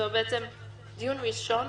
זה בעצם דיון ראשון.